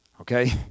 okay